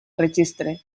registre